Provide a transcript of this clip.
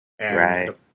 Right